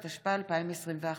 התשפ"א 2021,